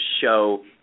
show